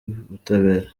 ubutabera